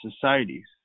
societies